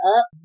up